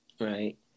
Right